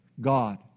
God